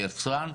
בטענות.